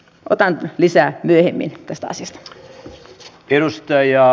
otan lisää myöhemmin tästä asiasta